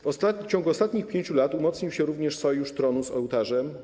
W ciągu ostatnich 5 lat umocnił się również sojusz tronu z ołtarzem.